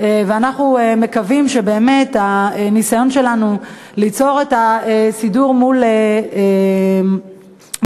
ואנחנו מקווים שהניסיון שלנו ליצור את הסידור מול רשויות